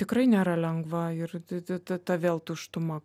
tikrai nėra lengva ir t t t ta vėl tuštuma